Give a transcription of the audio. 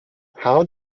how